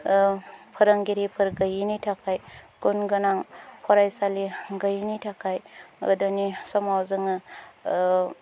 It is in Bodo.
फोरोंगिरिफोर गैयिनि थाखाय गुनगोनां फरायसालि गैयिनि थाखाय गोदोनि समाव जोङो